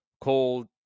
called